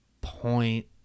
point